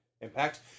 Impact